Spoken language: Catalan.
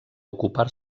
ocupar